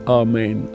amen